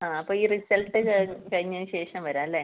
ആ അപ്പോൾ ഈ റിസൾട്ട് കഴിഞ്ഞതിന് ശേഷം വരാം അല്ലെ